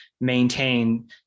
maintain